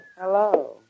Hello